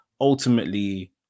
ultimately